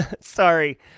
Sorry